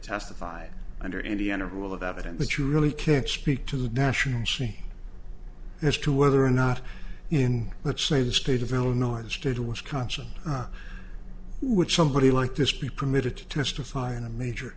testify under indiana rule of evidence that you really can't speak to the national scene as to whether or not in let's say the state of illinois to the wisconsin would somebody like this be permitted to testify in a major